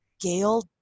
Gail